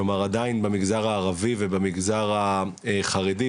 כלומר עדיין במגזר הערבי ובמגזר החרדי,